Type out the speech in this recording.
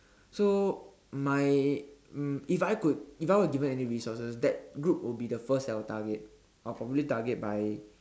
so my um if I could if I were given any resources that group would be the first I would target I'll probably target by